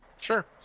Sure